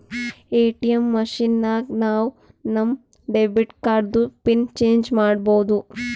ATM machine ನಾಗ್ ನಾವ್ ನಮ್ ಡೆಬಿಟ್ ಕಾರ್ಡ್ದು ಪಿನ್ ಚೇಂಜ್ ಮಾಡ್ಬೋದು